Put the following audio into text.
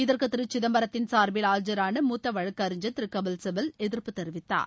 இதற்கு திரு சிதம்பரத்தின் சார்பில் ஆஜரான மூத்த வழக்கறிஞர் திரு கபில்சிபல் எதிர்ப்பு தெரிவித்தார்